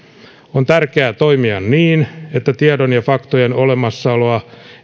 on tärkeää toimia niin että tiedon ja faktojen olemassaoloa